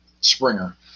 Springer